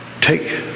Take